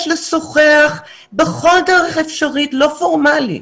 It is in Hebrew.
יש לשוחח בכל דרך אפשרית לא פורמלית,